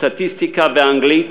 סטטיסטיקה ואנגלית,